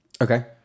okay